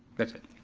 that's it.